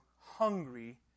hungry